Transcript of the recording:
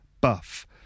Buff